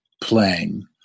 playing